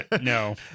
No